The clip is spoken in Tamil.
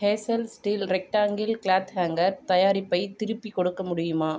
hazel steel rectangle cloth hanger தயாரிப்பை திருப்பிக் கொடுக்க முடியுமா